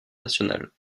nationale